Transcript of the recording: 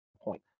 point